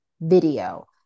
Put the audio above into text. video